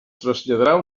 traslladarà